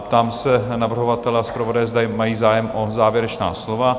Ptám se navrhovatele a zpravodaje, zda mají zájem o závěrečná slova?